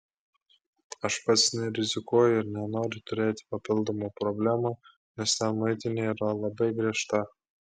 aš pats nerizikuoju ir nenoriu turėti papildomų problemų nes ten muitinė yra labai griežta